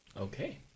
Okay